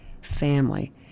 family